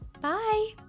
Bye